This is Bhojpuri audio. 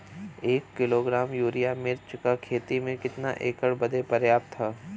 एक किलोग्राम यूरिया मिर्च क खेती में कितना एकड़ बदे पर्याप्त ह?